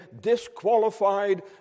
disqualified